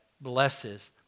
blesses